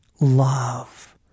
love